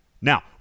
Now